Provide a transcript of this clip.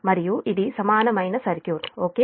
మరియు ఇది సమానమైన సర్క్యూట్ ఓకే